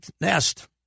nest